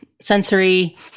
sensory